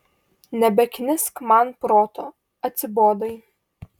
nebeknisk man proto atsibodai